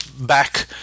back